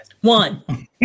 One